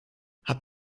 habt